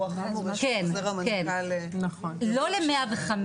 לא ל-105,